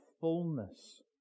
fullness